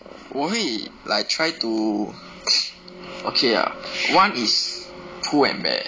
我会 like try to okay ah one is Pull&Bear